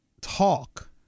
talk